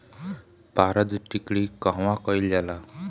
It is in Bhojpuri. पारद टिक्णी कहवा कयील जाला?